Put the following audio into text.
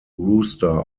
rooster